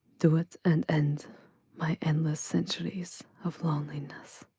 do it, and end my endless centuries of loneliness.